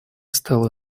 стала